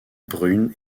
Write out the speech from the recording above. brune